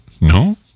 No